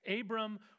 Abram